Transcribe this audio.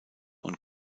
und